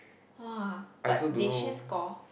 !wah! but did she score